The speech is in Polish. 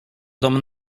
dom